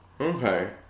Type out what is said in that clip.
Okay